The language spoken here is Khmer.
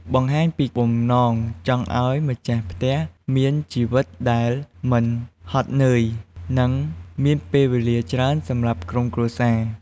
បង្ហាញពីបំណងចង់ឲ្យម្ចាស់ផ្ទះមានជីវិតដែល មិនហត់នឿយ និងមានពេលវេលាច្រើនសម្រាប់ក្រុមគ្រួសារ។